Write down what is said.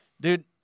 dude